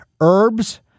Herbs